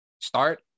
start